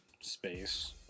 space